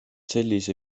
sellise